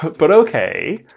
but but okay,